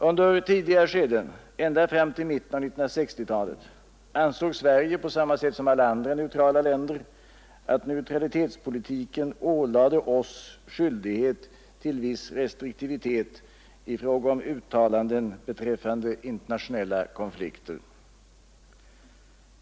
Under tidigare skeden — ända fram till mitten av 1960-talet — ansåg Sverige, på samma sätt som andra neutrala länder, att neutralitetspolitiken ålade oss skyldighet till viss restriktivitet i fråga om uttalanden beträffande internationella konflikter.